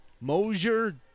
Mosier